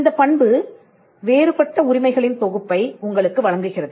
இந்தப் பண்பு வேறுபட்ட உரிமைகளின் தொகுப்பை உங்களுக்கு வழங்குகிறது